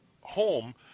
home